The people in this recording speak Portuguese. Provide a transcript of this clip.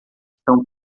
estão